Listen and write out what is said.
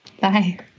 Bye